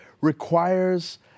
requires